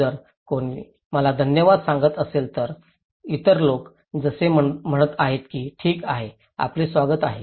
जर कोणी मला धन्यवाद सांगत असेल तर इतर लोक असे म्हणत आहेत की ठीक आहे आपले स्वागत आहे